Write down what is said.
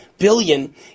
billion